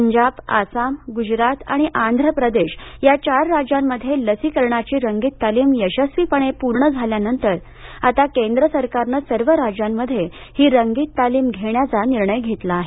पंजाब आसाम गुजरात आणि आंध्र प्रदेश या चार राज्यांमध्ये लसीकरणाची रंगीत तालीम यशस्वीपणे पूर्ण झाल्यानंतर आता केंद्र सरकारनं सर्व राज्यांमध्ये ही रंगीत तालीम घेण्याचा निर्णय घेतला आहे